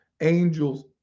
Angels